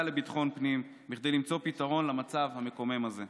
לביטחון הפנים כדי למצוא פתרון למצב המקומם הזה.